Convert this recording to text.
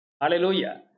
Hallelujah